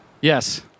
Yes